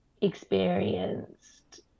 experienced